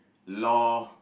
loh